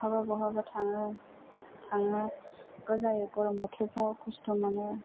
बहाबा बहाबा थाङो थाङो गौ जायो गोलोम बोथोरफ्राव खस्त' मोनो